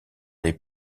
les